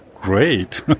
great